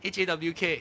Hawk